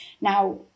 Now